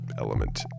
element